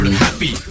happy